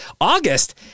August